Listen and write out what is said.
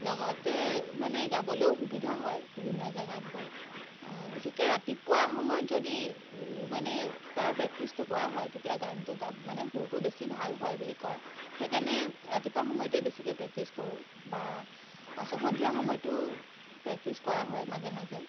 লগতে মানে গাবলৈও সুবিধা হয় বিভিন্ন জাগাত গৈ বিশেষকৈ ৰাতিপুৱা সময়ত যদি মানে তাৰ প্ৰেক্টিচটো কৰা হয় তেতিয়া গানটো গা মানে সুৰটো বেছি ভাল হয় বুলি কয় সেইকাৰণে ৰাতিপুৱা সময়তে বেছিকৈ প্ৰেক্টিচ কৰোঁ বা পাছত সন্ধিয়া সময়তো প্ৰেক্টিচ কৰা হয় মাজে মাজে